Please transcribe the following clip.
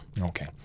Okay